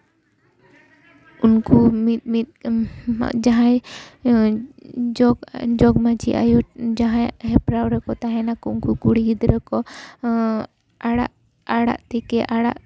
ᱩᱱᱠᱩ ᱢᱤᱫ ᱢᱤᱫ ᱡᱟᱦᱟᱸᱭ ᱡᱚᱜᱽ ᱡᱚᱜᱽ ᱢᱟᱹᱡᱷᱤ ᱟᱭᱩᱨ ᱡᱟᱦᱟᱸᱭᱟᱜ ᱦᱮᱯᱨᱟᱣ ᱨᱮᱠᱚ ᱛᱟᱦᱮᱱᱟᱠᱚ ᱩᱱᱠᱩ ᱠᱩᱲᱤ ᱜᱤᱫᱽᱨᱟᱹ ᱠᱚ ᱟᱲᱟᱜ ᱛᱤᱠᱤ ᱟᱲᱟᱜ